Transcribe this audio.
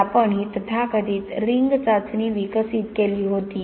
तर आपण ही तथाकथित रिंग चाचणी विकसित केली होती